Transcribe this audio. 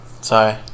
Sorry